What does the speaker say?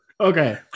Okay